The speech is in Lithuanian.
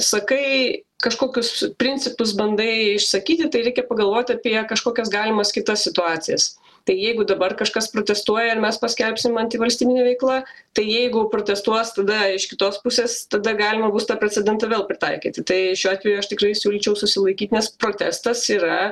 sakai kažkokius principus bandai išsakyti tai reikia pagalvoti apie kažkokias galimas kitas situacijas tai jeigu dabar kažkas protestuoja ir mes paskelbsim antivalstybine veikla tai jeigu protestuos tada iš kitos pusės tada galima bus tą precedentą vėl pritaikyti tai šiuo atveju aš tikrai siūlyčiau susilaikyt nes protestas yra